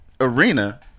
arena